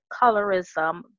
Colorism